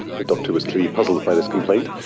the doctor was clearly puzzled by this complaint,